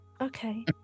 Okay